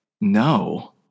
no